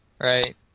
right